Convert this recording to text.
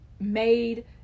Made